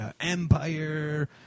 Empire